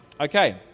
Okay